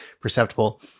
perceptible